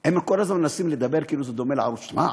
הם כל הזמן מנסים לדבר כאילו זה דומה לערוץ 2. מה,